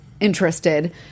interested